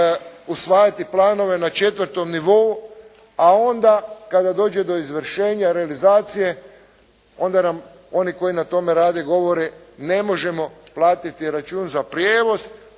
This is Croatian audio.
usvajati planove na četvrtom nivou, a onda kada dođe do izvršenja, realizacije, onda nam oni koji na tome rade, govore ne možemo platiti račun za prijevoz,